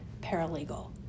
paralegal